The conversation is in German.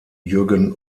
jürgen